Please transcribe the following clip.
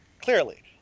Clearly